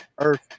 earth